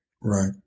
right